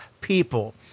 people